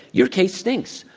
your case stinks,